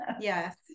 Yes